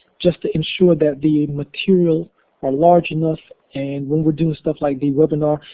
just to ensure that the material are large enough. and when we're doing stuff like the webinar,